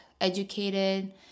educated